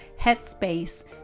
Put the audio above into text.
headspace